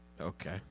Okay